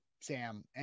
Sam